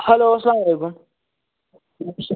hello اسَلام علیکُم